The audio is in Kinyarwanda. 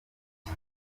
iki